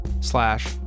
slash